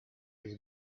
his